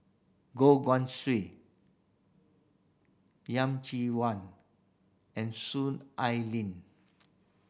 Goh Guan Siew Yeh Chi Wan and Soon Ai Ling